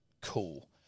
Cool